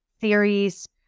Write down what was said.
theories